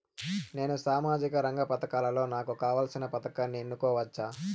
నేను సామాజిక రంగ పథకాలలో నాకు కావాల్సిన పథకాన్ని ఎన్నుకోవచ్చా?